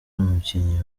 umukinnyi